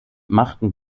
machten